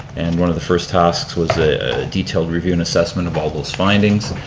and one of the first tasks was a detailed review and assessment of all those findings,